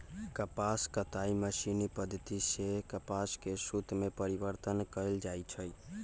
कपास कताई मशीनी पद्धति सेए कपास के सुत में परिवर्तन कएल जाइ छइ